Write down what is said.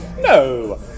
No